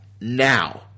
now